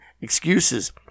excuses